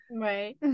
right